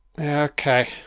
Okay